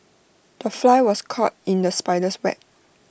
the fly was caught in the spider's web